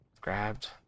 Grabbed